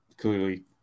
clearly